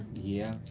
yeah.